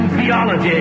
theology